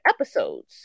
episodes